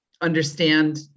understand